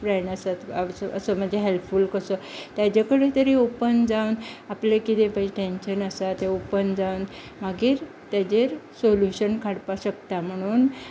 friend आसत helpful कसो ताजे कडेन तरी ओपन जावन आपलें कितें टेंशन आसा ते ओपन जावन मागीर ताजेर सोल्यूशन काडपा शकता म्हणून